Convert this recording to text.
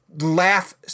laugh